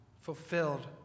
fulfilled